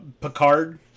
Picard